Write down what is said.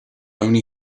only